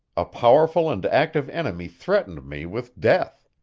a powerful and active enemy threatened me with death.